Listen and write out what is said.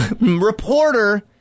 reporter